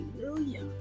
Hallelujah